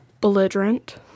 belligerent